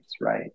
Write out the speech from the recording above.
right